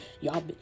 y'all